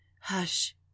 hush